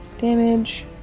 Damage